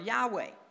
Yahweh